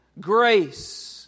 Grace